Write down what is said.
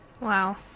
Wow